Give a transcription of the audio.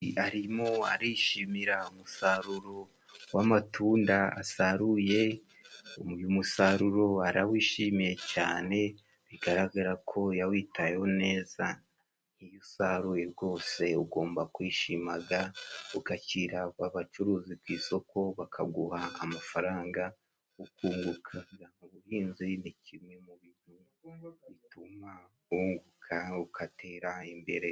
Arimo arishimira umusaruro w'amatunda asaruye, uyu musaruro arawishimiye cyane, bigaragara ko yawitayeho neza. Iyo usaruye rwose ugomba kwishimaga, ugashyira abacuruzi ku isoko bakaguha amafaranga, ukunguka. Ubuhinzi ni kimwe mu bintu bituma wunguka ukatera imbere.